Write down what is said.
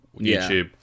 YouTube